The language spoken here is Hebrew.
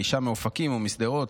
האישה מאופקים או משדרות,